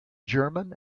german